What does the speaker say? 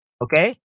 Okay